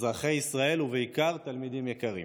אזרחי ישראל ובעיקר תלמידים יקרים,